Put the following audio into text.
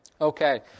Okay